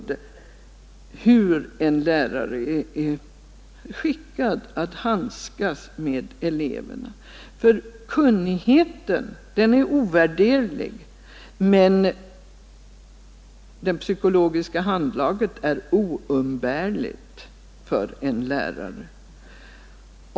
De där två graderna rymmer ju ett enormt brett område. Kunskapen är ovärderlig, men det psykologiska handlaget är oumbärligt för en lärare.